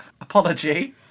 apology